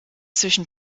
zwischen